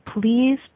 please